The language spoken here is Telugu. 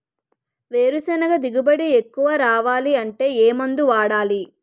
వేరుసెనగ దిగుబడి ఎక్కువ రావాలి అంటే ఏ మందు వాడాలి?